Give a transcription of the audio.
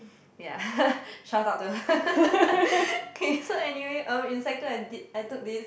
ya shutout to okay so anyway um in sec two I did I took this